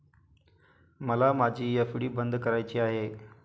मला माझी एफ.डी बंद करायची आहे